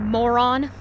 Moron